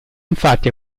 infatti